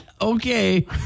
Okay